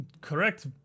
correct